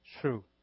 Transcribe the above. true